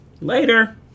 Later